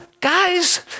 guys